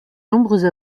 nombreuses